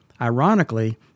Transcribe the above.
Ironically